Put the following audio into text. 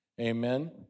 Amen